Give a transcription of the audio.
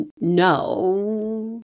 No